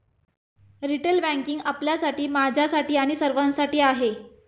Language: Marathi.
रिटेल बँकिंग आपल्यासाठी, माझ्यासाठी आणि सर्वांसाठी आहे